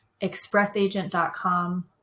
expressagent.com